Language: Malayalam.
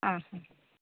ആ ഹാ